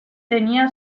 tenía